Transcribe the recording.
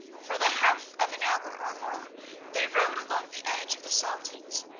for the half of an hour or more they rode along the edge of the saltings,